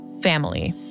family